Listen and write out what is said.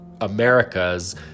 Americas